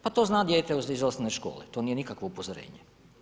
Pa to zna dijete iz osnovne škole, to nije nikakvo upozorenje.